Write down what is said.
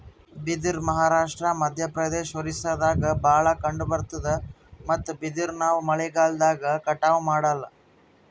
ಬಿದಿರ್ ಮಹಾರಾಷ್ಟ್ರ, ಮಧ್ಯಪ್ರದೇಶ್, ಒರಿಸ್ಸಾದಾಗ್ ಭಾಳ್ ಕಂಡಬರ್ತಾದ್ ಮತ್ತ್ ಬಿದಿರ್ ನಾವ್ ಮಳಿಗಾಲ್ದಾಗ್ ಕಟಾವು ಮಾಡಲ್ಲ